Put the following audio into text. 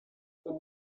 and